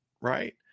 right